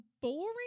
boring